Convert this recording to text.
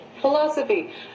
Philosophy